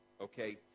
Okay